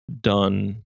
done